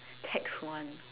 tax one